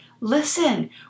Listen